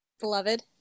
Beloved